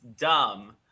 dumb